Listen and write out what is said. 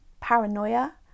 paranoia